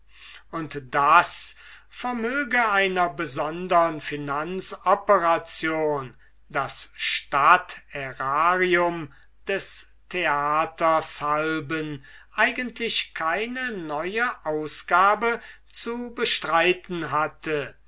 und daß vermöge einer besondern finanzoperation das stadtärarium durch das theater eigentlich keine neue ausgabe zu bestreiten hatte